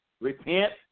Repent